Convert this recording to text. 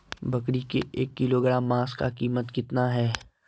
बकरी के एक किलोग्राम मांस का कीमत कितना है?